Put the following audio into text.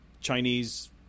Chinese